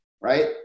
right